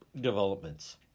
developments